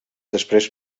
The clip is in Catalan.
després